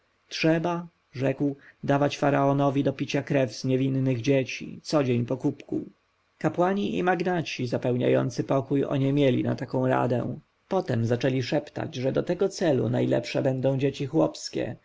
trzeba rzekł dawać faraonowi do picia krew z niewinnych dzieci codzień po kubku kapłani i magnaci zapełniający pokój oniemieli na taką radę potem zaczęli szeptać że do tego celu najlepsze będą dzieci chłopskie